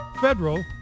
federal